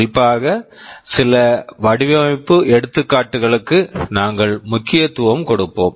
குறிப்பாக சில வடிவமைப்பு எடுத்துக்காட்டுகளுக்கு நாங்கள் முக்கியத்துவம் கொடுப்போம்